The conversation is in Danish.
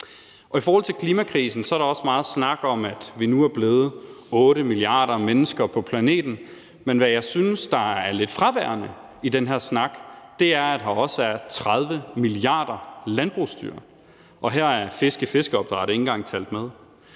I forhold til klimakrisen er der meget snak om, at vi nu er blevet 8 milliarder mennesker på planeten, men hvad jeg synes er lidt fraværende i den her snak, er, at der også er 30 milliarder landbrugsdyr, og her er fiskeopdræt ikke engang talt med.